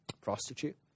prostitute